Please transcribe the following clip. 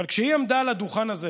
אבל כשהיא עמדה על הדוכן הזה